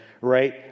right